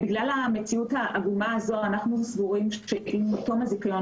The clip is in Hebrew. בגלל המציאות העגומה הזו אנחנו סבורים שעם תום הזיכיון